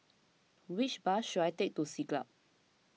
which bus should I take to Siglap